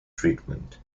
treatment